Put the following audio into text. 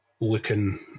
looking